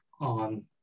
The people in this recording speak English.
on